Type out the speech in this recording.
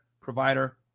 provider